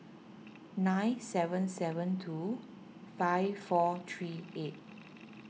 nine seven seven two five four three eight